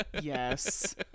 Yes